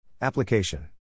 Application